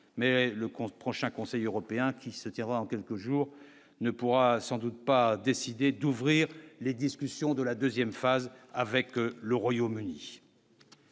compte prochain conseil européen qui se tiendra en quelques jours, ne pourra sans doute pas décidé d'ouvrir les discussions de la 2ème phase avec le Royaume-Uni.